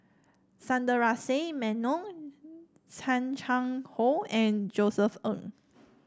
Sundaresh Menon Chan Chang How and Josef Ng